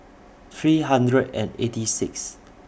three hundred and eight Sixth